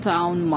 Town